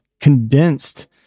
condensed